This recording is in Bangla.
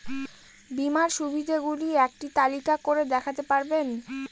বীমার সুবিধে গুলি একটি তালিকা করে দেখাতে পারবেন?